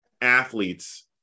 athletes